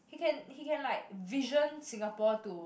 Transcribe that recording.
he can he can like vision Singapore to